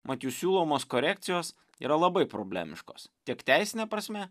mat jų siūlomos korekcijos yra labai problemiškos tiek teisine prasme